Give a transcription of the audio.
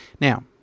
Now